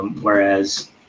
whereas